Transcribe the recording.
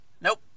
Nope